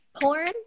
porn